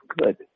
good